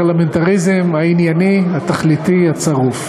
לפרלמנטריזם הענייני, התכליתי הצרוף.